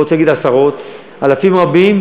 לא רוצה להגיד עשרות, אלפים רבים,